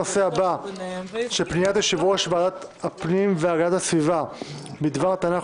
3. פניית יושבת-ראש ועדת הפנים והגנת הסביבה בדבר טענת